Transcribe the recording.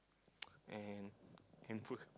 and handphone